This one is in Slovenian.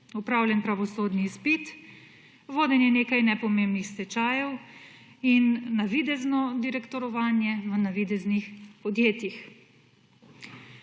opravljen pravosodni izpit, vodenje nekaj nepomembnih stečajev in navidezno direktorovanje v navideznih podjetjih.